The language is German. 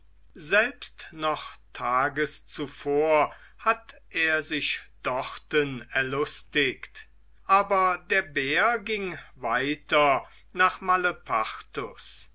selbst noch tages zuvor hatt er sich dorten erlustigt aber der bär ging weiter nach malepartus